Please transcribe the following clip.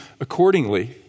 accordingly